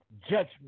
judgment